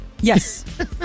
Yes